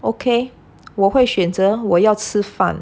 ok 我会选择我要吃饭